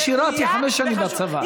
אני שירתי חמש שנים בצבא.